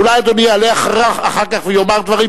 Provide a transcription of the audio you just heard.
אולי אדוני יעלה אחר כך ויאמר דברים,